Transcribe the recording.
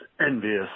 envious